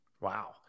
Wow